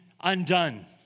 undone